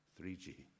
3G